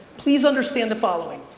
please understand the following.